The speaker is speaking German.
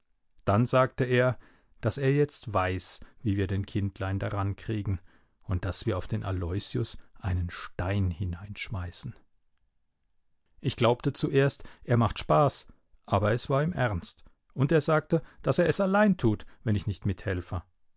dann sagte er daß er jetzt weiß wie wir den kindlein daran kriegen und daß wir auf den aloysius einen stein hineinschmeißen ich glaubte zuerst er macht spaß aber es war ihm ernst und er sagte daß er es allein tut wenn ich nicht mithelfe